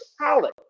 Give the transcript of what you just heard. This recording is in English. solid